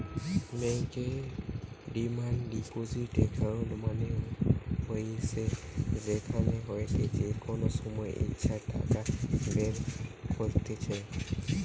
বেঙ্কর demand deposit account মানে হইসে যেখান হইতে যে কোনো সময় ইচ্ছে টাকা বের কত্তিছে